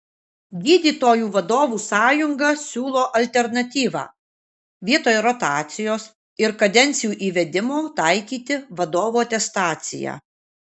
gydytojų vadovų sąjunga siūlo alternatyvą vietoj rotacijos ir kadencijų įvedimo taikyti vadovų atestaciją